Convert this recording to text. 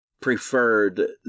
preferred